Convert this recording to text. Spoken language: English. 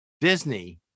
Disney